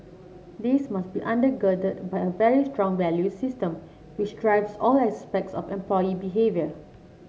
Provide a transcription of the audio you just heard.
this must be under girded by a very strong value system which drives all aspects of employee behaviour